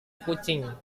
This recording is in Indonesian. kucing